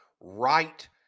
right